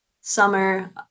summer